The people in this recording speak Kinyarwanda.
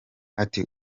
ati